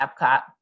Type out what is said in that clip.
Epcot